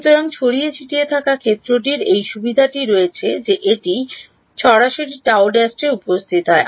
সুতরাং ছড়িয়ে ছিটিয়ে থাকা ক্ষেত্রটির এই সুবিধাটি রয়েছে যে এটি সরাসরি Γ ′এ উপস্থিত হয়